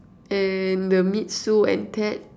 and the meet Sue and Ted